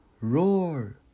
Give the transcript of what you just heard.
roar